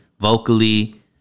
vocally